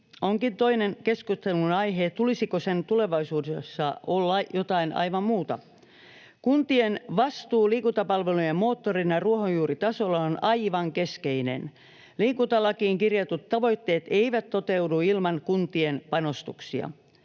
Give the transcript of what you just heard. Onkin toinen keskustelun aihe, tulisiko sen tulevaisuudessa olla jotain aivan muuta. Kuntien vastuu liikuntapalveluiden moottorina ruohonjuuritasolla on aivan keskeinen. Liikuntalakiin kirjatut tavoitteet eivät toteudu ilman kuntien panostuksia.